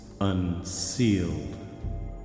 unsealed